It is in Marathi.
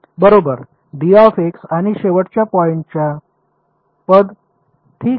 बरोबर dx आणि शेवटच्या पॉईंटच्या पद ठीक आहे